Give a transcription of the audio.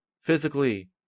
Physically